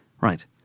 Right